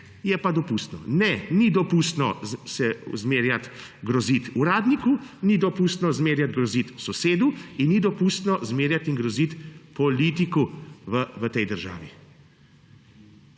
pa ni dopustno. Ne, ni dopustno zmerjati, groziti uradniku, ni dopustno zmerjati, groziti sosedu in ni dopustno zmerjati in groziti politiku v tej državi.